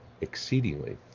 exceedingly